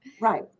Right